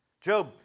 Job